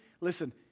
Listen